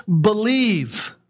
Believe